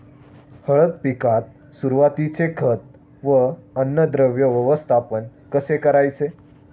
हळद पिकात सुरुवातीचे खत व अन्नद्रव्य व्यवस्थापन कसे करायचे?